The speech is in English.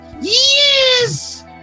Yes